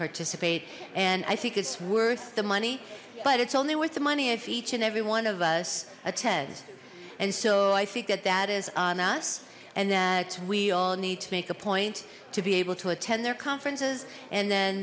participate and i think it's worth the money but it's only worth the money if each and every one of us attend and so i think that that is on us and that's we all need to make a point to be able to attend their conferences and then